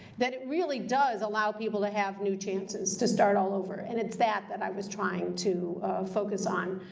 that it really does allow people to have new chances to start all over, and it's that that i was trying to focus on.